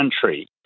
country